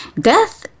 death